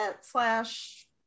slash